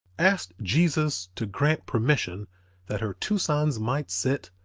asked jesus to grant permission that her two sons might sit,